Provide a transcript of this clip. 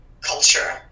culture